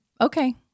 okay